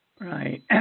Right